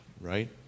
right